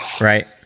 right